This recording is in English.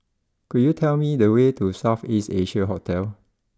could you tell me the way to South East Asia Hotel